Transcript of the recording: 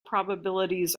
probabilities